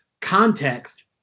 context